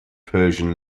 persian